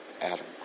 Adam